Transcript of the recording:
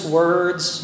words